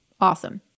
Awesome